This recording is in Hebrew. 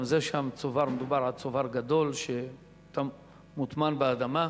גם שם מדובר על צובר גדול שמוטמן באדמה.